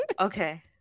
Okay